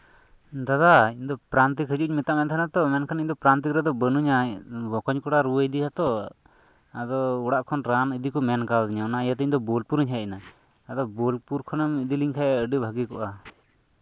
ᱫᱟᱫᱟ ᱤᱧᱫᱚ ᱯᱨᱟᱱᱛᱤᱠ ᱦᱤᱡᱩᱜ ᱤᱧ ᱢᱮᱛᱟᱜ ᱢᱮ ᱛᱟᱦᱮᱱᱟ ᱛᱚ ᱢᱮᱱᱠᱷᱟᱱ ᱤᱧᱫᱚ ᱯᱨᱟᱱᱛᱤᱠ ᱨᱮᱫᱚ ᱵᱟᱹᱱᱩᱧᱟ ᱵᱚᱠᱚᱧ ᱠᱚᱲᱟ ᱨᱩᱣᱟᱹᱭ ᱮᱫᱮᱭᱟ ᱛᱚ ᱟᱫᱚ ᱚᱲᱟᱜ ᱠᱷᱚᱱ ᱨᱟᱱ ᱤᱫᱤᱠᱚ ᱢᱮᱱ ᱠᱟᱣᱫᱤᱧᱟ ᱚᱱᱟ ᱤᱭᱟᱹᱛᱮ ᱤᱧ ᱫᱚ ᱵᱳᱞᱯᱩᱨᱤᱧ ᱦᱮᱡ ᱮᱱᱟ ᱟᱫᱚ ᱵᱳᱞᱯᱩᱨ ᱠᱷᱚᱱᱮᱢ ᱤᱫᱤ ᱞᱤᱧᱠᱷᱟᱱ ᱟᱹᱰᱤ ᱵᱷᱟᱹᱜᱤ ᱠᱚᱜᱼᱟ